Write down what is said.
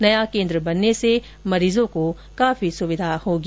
नया केन्द्र बनने से मरीजों को काफी सुविधा होगी